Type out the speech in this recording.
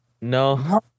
No